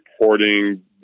reporting